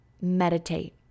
meditate